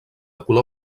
color